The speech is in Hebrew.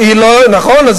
נכון,